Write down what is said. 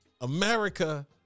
America